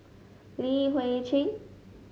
Li Hui Cheng